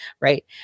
right